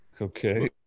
Okay